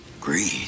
greed